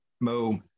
Mo